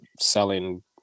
selling